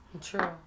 True